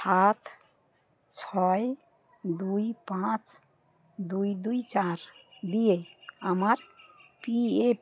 সাত ছয় দুই পাঁচ দুই দুই চার দিয়ে আমার পিএফ